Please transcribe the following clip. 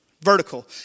Vertical